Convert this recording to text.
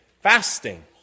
fasting